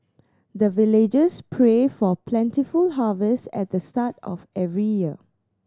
the villagers pray for plentiful harvest at the start of every year